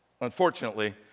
unfortunately